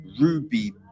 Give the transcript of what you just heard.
Ruby